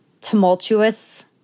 Tumultuous